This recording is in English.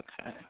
Okay